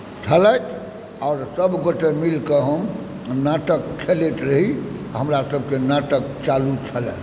छलथि आओर सबगोटे मिलकऽ हम नाटक खेलैत रही हमरा सबके नाटक चालू छल